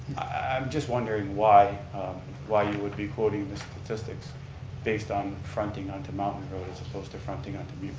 i'm just wondering why why you would be quoting the statistics based on fronting onto mountain road as opposed to fronting onto